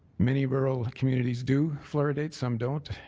many rural communities do flouridate, some don't.